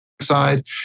side